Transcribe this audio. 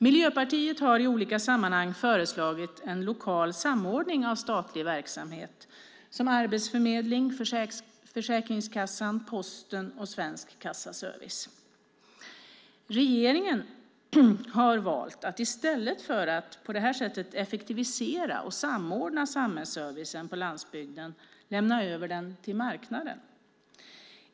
Miljöpartiet har i olika sammanhang föreslagit en lokal samordning av statlig verksamhet, som Arbetsförmedlingen, Försäkringskassan, Posten och Svensk Kassaservice. Regeringen har valt att i stället för att på det här sättet effektivisera och samordna samhällsservicen på landsbygden lämna över den till marknaden.